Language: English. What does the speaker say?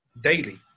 daily